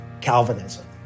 Calvinism